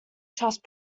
trust